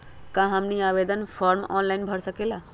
क्या हमनी आवेदन फॉर्म ऑनलाइन भर सकेला?